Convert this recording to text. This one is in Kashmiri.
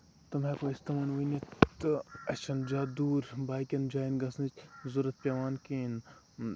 تِم ہیٚکو أسۍ تِمن ؤنِتھ تہٕ اَسہِ چھَنہٕ زیادٕ دوٗر باقین جاین گژھنٕچ ضروٗرت پیٚوان کِہینٛۍ نہٕ